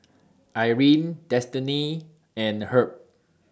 Irene Destiney and Herb